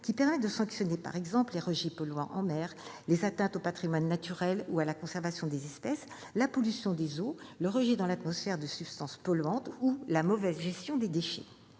qui permettent de sanctionner, par exemple, les rejets polluants en mer, les atteintes au patrimoine naturel ou à la conservation des espèces, la pollution des eaux, le rejet dans l'atmosphère de substances polluantes ou la mauvaise gestion des déchets.